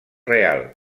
real